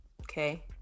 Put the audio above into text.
Okay